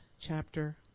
chapter